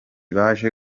baje